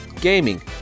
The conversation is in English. gaming